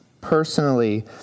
personally